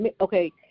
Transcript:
Okay